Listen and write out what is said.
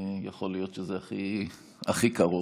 יכול להיות שזה הכי קרוב,